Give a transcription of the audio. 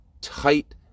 tight